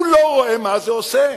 הוא לא רואה מה זה עושה?